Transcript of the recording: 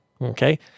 Okay